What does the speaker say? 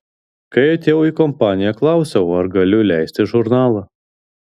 kai atėjau į kompaniją klausiau ar galiu leisti žurnalą